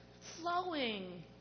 flowing